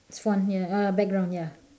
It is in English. it's one here uh background ya